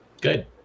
Good